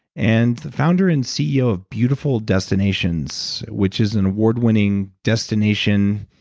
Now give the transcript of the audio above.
and the founder and ceo of beautiful destinations, which is an award-winning destination.